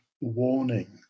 warning